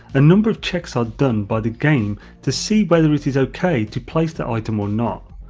a number of checks are done by the game to see whether it is ok to place that item or not.